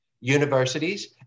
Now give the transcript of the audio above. universities